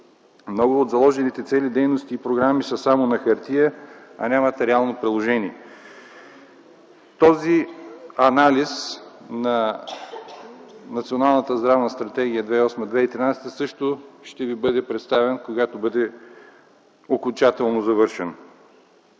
Много от заложените цели, дейности и програми са само на хартия, нямат реално приложение. Този анализ на Националната здравна стратегия 2008-2013 г. също ще Ви бъде представен, когато бъде завършен